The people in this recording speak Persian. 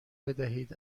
بدهید